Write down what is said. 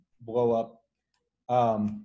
blow-up